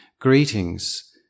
Greetings